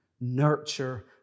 Nurture